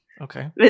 Okay